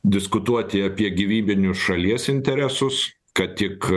diskutuoti apie gyvybinius šalies interesus kad tik